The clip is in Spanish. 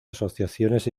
asociaciones